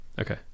okay